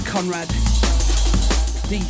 Conrad